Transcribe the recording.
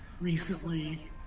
recently